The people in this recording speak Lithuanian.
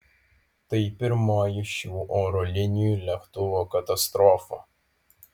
tai pirmoji šių oro linijų lėktuvo katastrofa